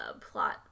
plot